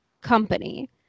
company